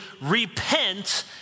repent